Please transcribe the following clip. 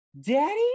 daddy